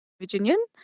Virginian